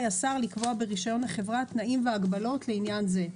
השר לקבוע ברישיון החברה תנאים והגבלות לעניין זה,